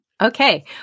Okay